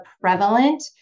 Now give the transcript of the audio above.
prevalent